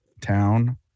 town